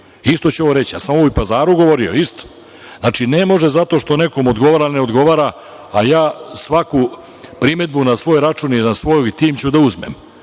Isto ću vam ovo reći. Ja sam ovo i u Pazaru govorio isto. Znači, ne može zato što nekom odgovara, ne odgovara, a ja svaku primedbu na svoj račun i na tim ću da uzmem.